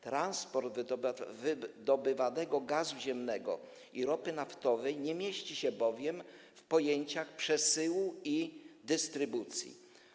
Transport wydobywanego gazu ziemnego i ropy naftowej nie mieści się bowiem w pojęciach przesyłu i dystrybucji.